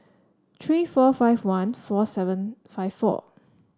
three four five one four seven five four